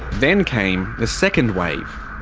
then came the second wave,